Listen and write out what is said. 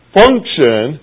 function